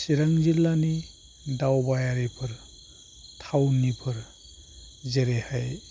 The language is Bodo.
चिरां जिल्लानि दावबायारिफोरा थावनिफोर जेरैहाय